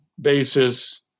basis